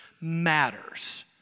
matters